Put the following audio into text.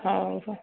ହଉ ହଁ